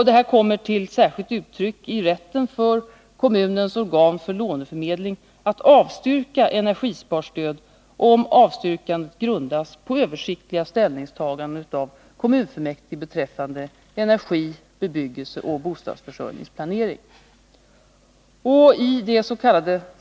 Detta kommer till särskilt uttryck i rätten för kommunens organ för låneförmedling att avstyrka energisparstöd, om avstyrkandet grundas på översiktliga ställningstaganden av kommunfullmäktige beträffande energi-, bebyggelseoch bostadsförsörjningsplanering. I dets.k.